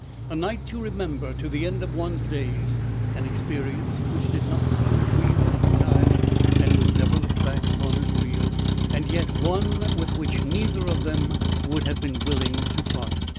a night to remember to the end of one's days an experience which did not seem real at the time and was never looked back upon as real and yet, one with which neither of them would have been willing to part.